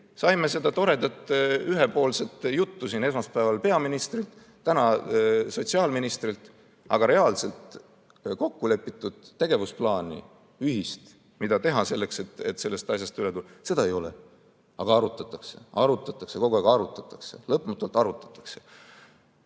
Kuulsime seda toredat ühepoolset juttu siin esmaspäeval peaministrilt ja täna sotsiaalministrilt, aga reaalselt kokkulepitud tegevusplaani, ühist, mida teha selleks, et sellest asjast üle saada, ei ole. Aga arutatakse. Arutatakse, kogu aeg arutatakse, lõpmatult arutatakse.